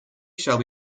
shall